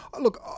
look